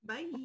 Bye